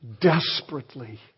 desperately